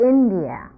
India